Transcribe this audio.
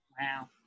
Wow